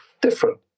different